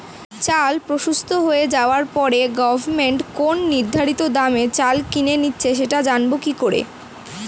চাল প্রস্তুত হয়ে যাবার পরে গভমেন্ট কোন নির্ধারিত দামে চাল কিনে নিচ্ছে সেটা জানবো কি করে?